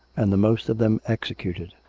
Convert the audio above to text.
and the most of them executed.